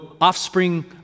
offspring